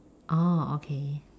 orh okay